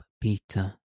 Peter